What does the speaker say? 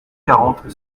quarante